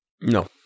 No